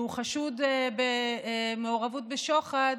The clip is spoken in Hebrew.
שהוא חשוד במעורבות בשוחד,